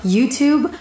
YouTube